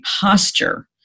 posture